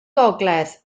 gogledd